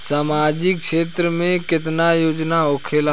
सामाजिक क्षेत्र में केतना योजना होखेला?